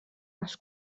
als